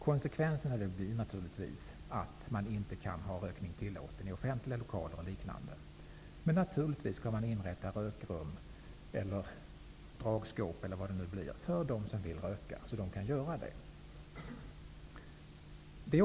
Konsekvenserna blir att rökning inte kan tillåtas i t.ex. offentliga lokaler, men man skall naturligtvis inrätta rökrum eller dragskåp för dem som vill röka.